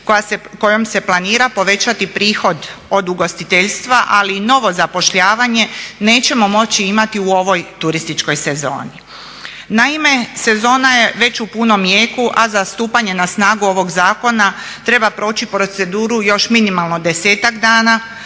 kojom se planira povećati prihod od ugostiteljstva ali i novo zapošljavanje nećemo moći imati u ovoj turističkoj sezoni. Naime, sezona je već u punom jeku a za stupanje na snagu ovog zakona treba proći proceduru još minimalno 10-ak dana,